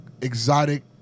exotic